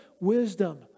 wisdom